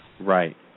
Right